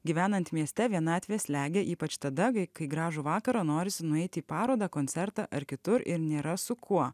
gyvenant mieste vienatvė slegia ypač tada kai kai gražų vakarą norisi nueiti į parodą koncertą ar kitur ir nėra su kuo